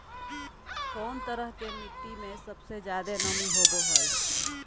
कौन तरह के मिट्टी में सबसे जादे नमी होबो हइ?